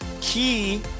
key